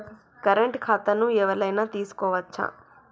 Current ఖాతాను ఎవలైనా తీసుకోవచ్చా?